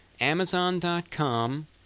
amazon.com